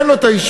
אין לו האישור,